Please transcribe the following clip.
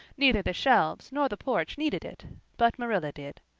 neither the shelves nor the porch needed it but marilla did.